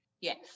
Yes